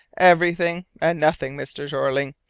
everything and nothing, mr. jeorling.